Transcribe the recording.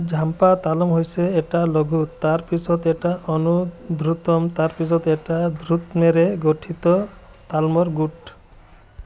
ঝাম্পা তালম হৈছে এটা লঘু তাৰ পিছত এটা অনুধ্ৰুতম তাৰ পিছত এটা ধ্ৰুতমেৰে গঠিত তালমৰ গোট